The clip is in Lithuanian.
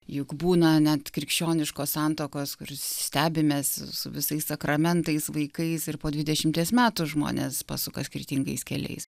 juk būna net krikščioniškos santuokos kur stebimės su visais sakramentais vaikais ir po dvidešimties metų žmonės pasuka skirtingais keliais